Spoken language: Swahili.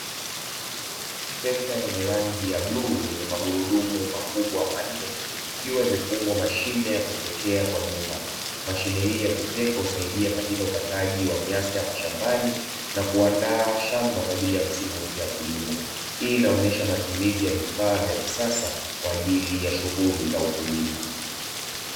Trekta yenye rangi ya bluu yenye magurudumu makubwa manne ikiwa imefungwa mashine ya kuhifyekea kwa nyuma, mashine hii ya kufyekahusaidia katika ukataji wa nyasi za mashambani na kuandaa shamba kwajili ya kilimo, hii inaonyesha matumizi ya vifaa ya kisasa kwajili ya shughuli ya ukulima.